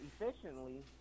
efficiently